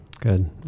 Good